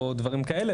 או דברים כאלה,